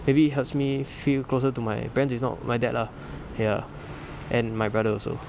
maybe it helps me feel closer to my parents if not my dad lah ya and my brother also